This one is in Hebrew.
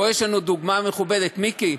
מיקי,